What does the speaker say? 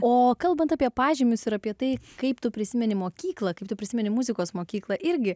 o kalbant apie pažymius ir apie tai kaip tu prisimeni mokyklą kaip tu prisimeni muzikos mokyklą irgi